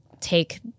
take